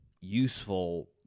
useful